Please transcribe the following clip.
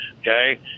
okay